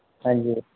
हां जी